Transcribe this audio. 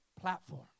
platform